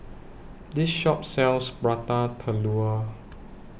This Shop sells Prata Telur